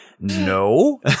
no